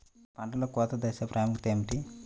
పంటలో కోత దశ ప్రాముఖ్యత ఏమిటి?